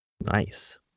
Nice